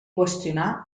qüestionar